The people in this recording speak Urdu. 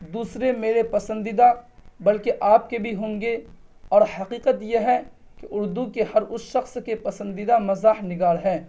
دوسرے میرے پسندیدہ بلکہ آپ کے بھی ہوں گے اور حقیقت یہ ہے کہ اردو کے ہر اس شخص کے پسندیدہ مزاح نگار ہیں